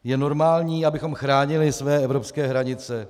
Je normální, abychom chránili své evropské hranice atd.?